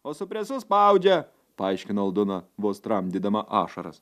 o su presu spaudžia paaiškino aldona vos tramdydama ašaras